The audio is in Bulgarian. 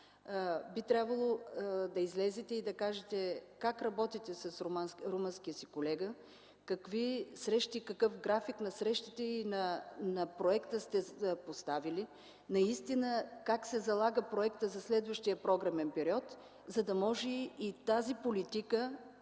Би трябвало да излезете и да кажете как работите с румънския си колега, какви срещи и какъв график на срещите и на проекта сте поставили, наистина как се залага проектът за следващия програмен период, за да може и тази политика,